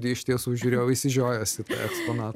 iš tiesų žiūrėjau išsižiojęs į tą eksponatą